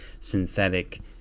synthetic